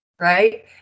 Right